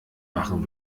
machen